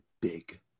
big